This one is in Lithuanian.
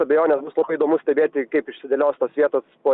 abejonės bus labai įdomu stebėti kaip išsidėlios tos vietos po